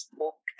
book